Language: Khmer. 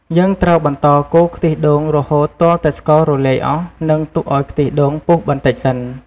យើងត្រូវបន្តកូរខ្ទិះដូងរហូតទាល់តែស្កររលាយអស់ និងទុកឱ្យខ្ទិះដូងពុះបន្តិចសិន។